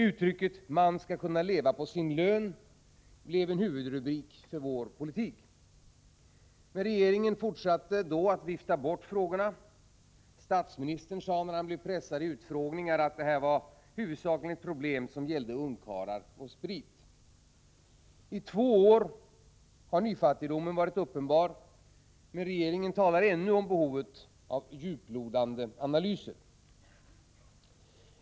Uttrycket ”Man skall kunna leva på sin lön” blev en huvudrubrik för vår politik. Men regeringen fortsatte då att vifta bort frågorna. Statsministern sade när han blev pressad vid utfrågningar att det var ett problem som huvudsakligen gällde ungkarlar och sprit. I två år har nyfattigdomen varit uppenbar, men regeringen talar ännu om behovet av ”djuplodande analyser”.